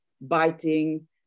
biting